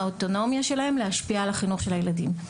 האוטונומיה שלהם להשפיע על החינוך של הילדים.